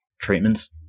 treatments